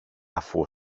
αφού